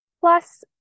plus